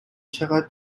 چقد